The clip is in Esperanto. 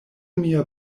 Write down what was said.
mia